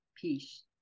peace